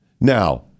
Now